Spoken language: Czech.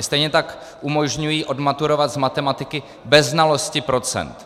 Stejně tak umožňují odmaturovat z matematiky bez znalosti procent.